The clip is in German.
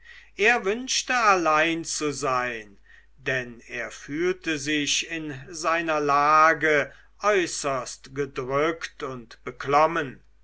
er wünschte allein zu sein denn er fühlte sich in seiner lage äußerst gedrückt und beklommen